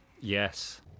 Yes